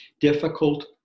difficult